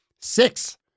six